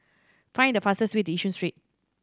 find the fastest way to Yishun Street